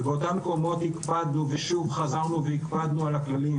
ובאותם מקומות הקפדנו ושוב חזרנו והקפדנו על הכללים